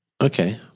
Okay